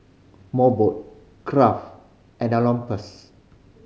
Mobot Kraft and